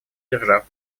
держав